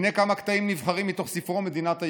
הינה כמה קטעים נבחרים מתוך ספרו מדינת היהודים.